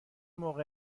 موقع